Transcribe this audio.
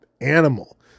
animal